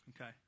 Okay